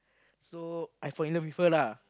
so I fall in love with her lah